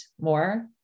more